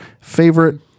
favorite